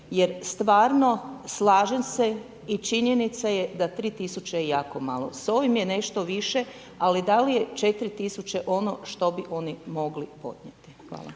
jer stvarno slažem se i činjenica je da 3000 je jako malo. S ovim je nešto više ali da li je 4000 ono što bi oni mogli podnijeti? Hvala.